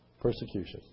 persecution